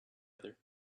other